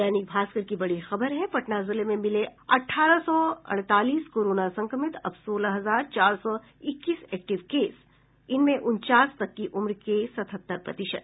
दैनिक भास्कर की बड़ी खबर है पटना जिले में मिले अठारह सौ अड़तालीस कोरोना संक्रमित अब सोलह हजार चार सौ इक्कीस एक्टिव केस इनमें उनचास तक की उम्र के सतहत्तर प्रतिशत